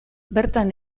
bertan